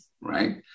right